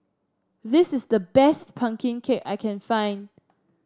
this is the best pumpkin cake I can find